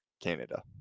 Canada